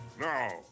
Now